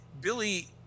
Billy